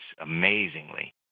amazingly